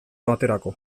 baterako